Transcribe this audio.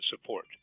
support